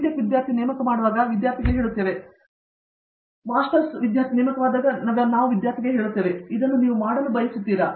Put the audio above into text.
tech ವಿದ್ಯಾರ್ಥಿ ನೇಮಕ ಮಾಡುವಾಗ ನಾವು ವಿದ್ಯಾರ್ಥಿಗೆ ಇದನ್ನು ಹೇಳುತ್ತೇವೆ ಮಾಸ್ಟರ್ ವಿದ್ಯಾರ್ಥಿ ನೇಮಕವಾದಾಗ ನಾವು ವಿದ್ಯಾರ್ಥಿಗೆ ಹೇಳುತ್ತೇವೆ ಇದನ್ನು ಮಾಡಲು ನೀವು ಬಯಸುತ್ತೀರಾ